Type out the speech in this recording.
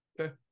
Okay